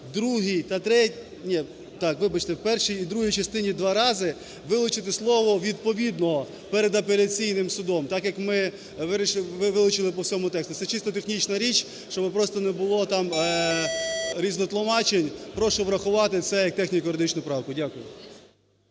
в першій і другій частині два рази вилучити слово "відповідно" перед "апеляційним судом", так, як ми вилучили по всьому тексту, – це чисто технічна річ, щоби просто не було різнотлумачень. Прошу врахувати це як техніко-юридичну правку. Дякую.